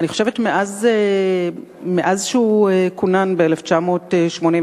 אני חושבת שמאז שכונן חוק ההסדרים